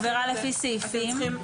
לפי סעיפים.